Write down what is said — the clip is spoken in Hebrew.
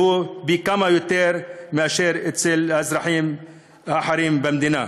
שהוא פי כמה יותר מאשר אצל האזרחים האחרים במדינה.